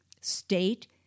state